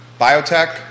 biotech